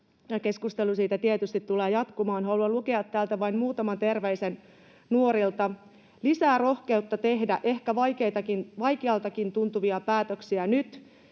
keskustelu siitä tietysti tulee jatkumaan. Haluan lukea täältä vain muutaman terveisen nuorilta: ”Lisää rohkeutta tehdä ehkä vaikealtakin tuntuvia päätöksiä nyt.”